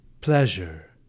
pleasure